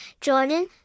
Jordan